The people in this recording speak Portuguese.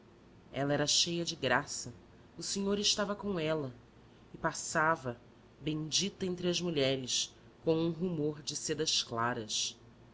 ela era cheia de graça o senhor estava com ela e passava bendita entre as mulheres com um rumor de sedas claras